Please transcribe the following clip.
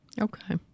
Okay